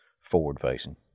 forward-facing